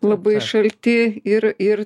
labai šalti ir ir